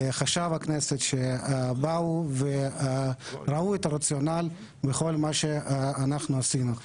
לחשב הכנסת, שראו את הרציונל בכל מה שאנחנו עשינו.